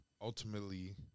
ultimately